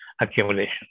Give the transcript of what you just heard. accumulation